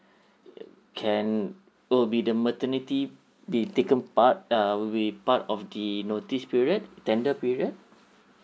can will be the maternity be taken part uh will be part of the notice period tender period